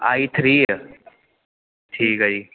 ਆਈ three ਠੀਕ ਹੈ ਜੀ